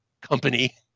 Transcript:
company